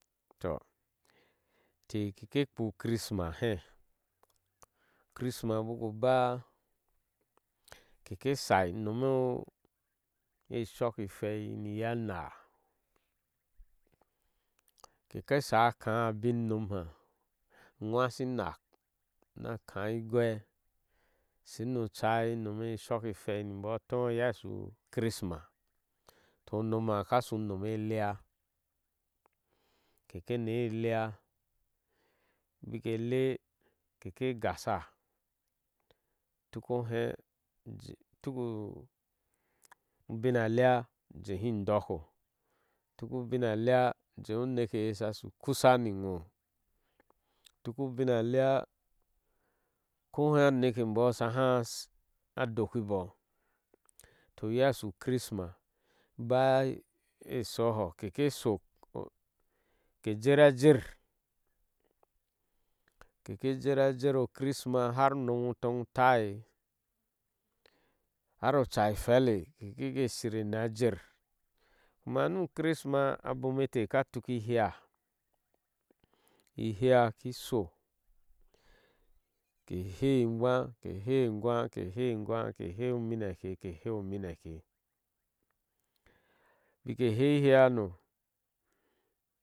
Toh intech keke kphuu u krisima he krisma bruku baa keke shai nomo eshokihwei niyo naa keke sha akhaa abin unim ha ke hwashi inkna khaa igwe shir ni ochai nome shoki hei nibo to iye ashi krisma toh unom haa kahui unom eleea kekeri eleea`bike lee ike gasha tuko che tuku bina leya ujehi ndko. tuku bin'a leea` ujehu uneeke je sha sho ukushi ni no`tuku ubga lea ukohe a neke umbooh a shaha dokibooh to iiye ashu krima baya a shoho keke shok ke jer a jero krisma her u one`kpepu utaye har a cha a hwele har ke royi nike shir kena ver kuma nu krima abonet`eh ka tuki lhee eheea ki shoke hee eguwa ke heenenw`a ke hee en'wa ke hee mineke ke he mineke. boke heei eheea ano.